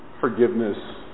forgiveness